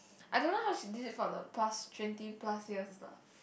I don't know how she did it for the past twenty plus years lah